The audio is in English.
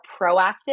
proactive